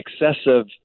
excessive